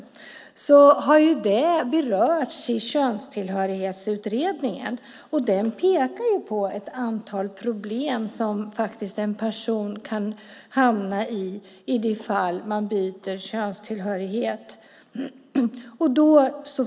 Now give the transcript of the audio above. Den har berörts i Könstillhörighetsutredningen som pekar på ett antal problem som man i det fall man byter könstillhörighet kan hamna i.